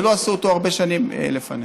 ולא עשו אותו הרבה שנים לפנינו.